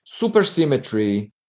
supersymmetry